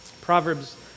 Proverbs